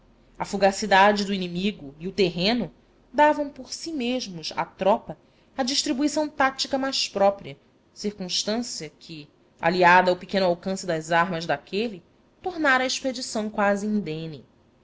a fugacidade do inimigo e o terreno davam por si mesmos à tropa a distribuição tática mais própria circunstância que aliada ao pequeno alcance das armas daquele tornara a expedição quase indene